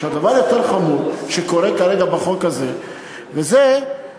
הדבר החמור יותר שקורה כרגע בחוק הזה,